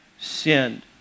sinned